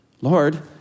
Lord